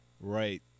Right